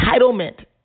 entitlement